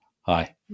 Hi